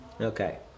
Okay